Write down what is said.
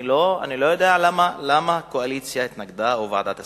אני לא יודע למה הקואליציה התנגדה, או ועדת השרים.